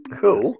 cool